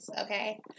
okay